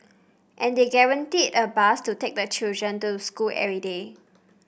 and they guaranteed a bus to take the children to school every day